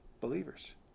Believers